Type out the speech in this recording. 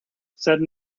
said